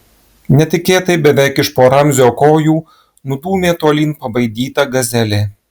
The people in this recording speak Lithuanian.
netikėtai beveik iš po ramzio kojų nudūmė tolyn pabaidyta gazelė